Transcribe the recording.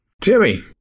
Jimmy